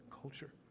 culture